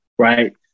Right